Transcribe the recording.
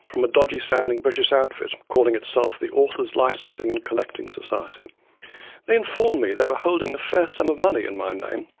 a dodgy-sounding british outfit calling itself the authors' licensing and collecting society they informed me they were holding a fair sum of money in my name,